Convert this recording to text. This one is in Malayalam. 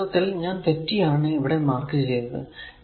ഈ ചിത്രത്തിൽ ഞാൻ തെറ്റി ആണ് ഇവിടെ മാർക്ക് ചെയ്തത്